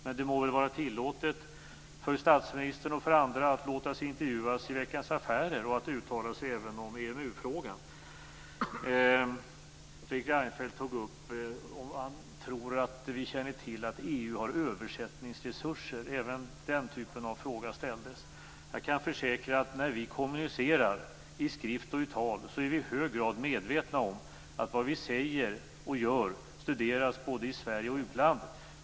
Men det må väl vara tillåtet för statsministern och andra att låta sig intervjuas i Veckans Affärer och att även uttala sig om EMU-frågan? Fredrik Reinfeldt undrade och ställde en fråga om ifall regeringen känner till att EU har översättningsresurser. Jag kan försäkra att när vi i regeringen kommunicerar i skrift och tal är vi i hög grad medvetna om att vad vi säger och gör studeras både i Sverige och i utlandet.